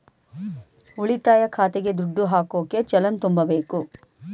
ಉಳಿತಾಯ ಖಾತೆಗೆ ದುಡ್ಡು ಹಾಕೋಕೆ ಚಲನ್ ತುಂಬಬೇಕು